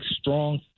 strong